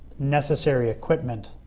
necessary equipment.